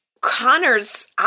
Connor's